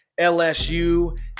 LSU